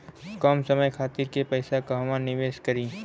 कम समय खातिर के पैसा कहवा निवेश करि?